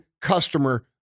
customer